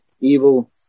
evil